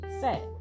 set